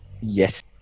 Yes